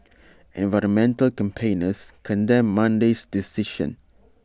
environmental campaigners condemned Monday's decision